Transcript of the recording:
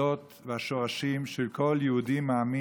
חיוניים למשפחות מוחלשות, כפתרון ליוקר המחיה.